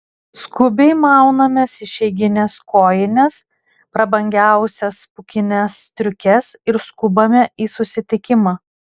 skubiai maunamės išeigines kojines prabangiausias pūkines striukes ir skubame į susitikimą